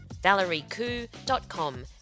ValerieKoo.com